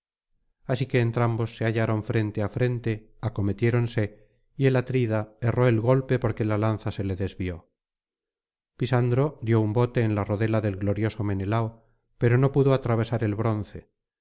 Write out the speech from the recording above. así que entrambos se hallaron frente á frente acometiéronse y el atrida erró el golpe porque la lanza se le desvió pisandro dio un bote en la rodela del glorioso menelao pero no pudo atravesar el bronce